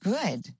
Good